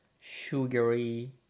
sugary